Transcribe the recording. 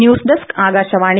news desk Akashvani